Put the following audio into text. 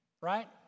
right